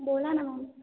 बोला ना मॅम